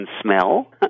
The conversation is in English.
smell